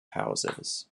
houses